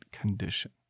condition